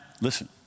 listen